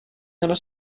nella